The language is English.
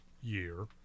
year